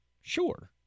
sure